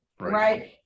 right